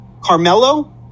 carmelo